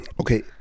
Okay